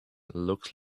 looks